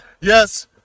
Yes